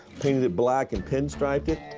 painted it black, and pinstriped it.